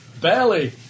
Barely